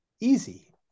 easy